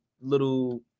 little